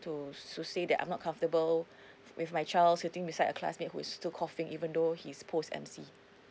to to say that I'm not comfortable with my child sitting beside a classmate whose still coughing even though he is post M_C